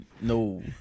No